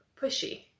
pushy